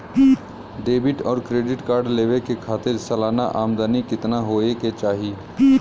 Debit और credit card लेवे के खातिर सलाना आमदनी कितना हो ये के चाही?